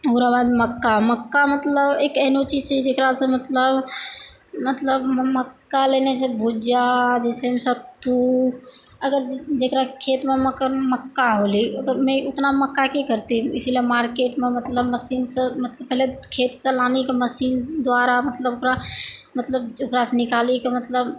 ओकरा बाद मक्का मक्का मतलब एक एहनो चीज छै जेकरा सऽ मतलब मतलब मक्का लेने छै भुज्जा जे छै ने सत्तू अगर जेकरा खेतमे मक्का होलै ओतना मक्का की करतै इसलिये मार्केटमे मतलब मशीन सऽ पहले तऽ खेत सऽ आनी कऽ मशीन द्वारा मतलब ओकरा सऽ निकाली कऽ मतलब